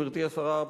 גברתי השרה,